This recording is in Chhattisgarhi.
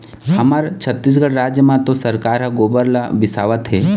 हमर छत्तीसगढ़ राज म तो सरकार ह गोबर ल बिसावत हे